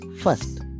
first